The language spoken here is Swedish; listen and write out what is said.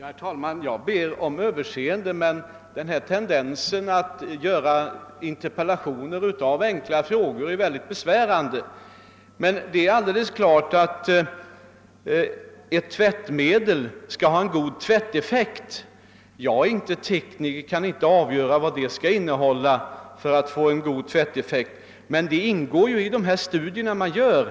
Herr talman! Jag ber om överseende för att vi drar ut på tiden, men tendensen att göra interpellationer av enkla frågor är mycket besvärande. Ett bra tvättmedel skall självfallet ha god tvätteffekt. Jag är emellertid inte tekniker och kan därför inte avgöra vad ett tvättmedel skall innehålla för att det skall ha god tvätteffekt, men den saken ingår i de studier man gör.